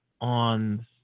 on